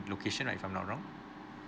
location right if I'm not wrong